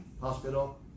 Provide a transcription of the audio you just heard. hospital